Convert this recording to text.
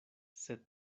sed